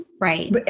Right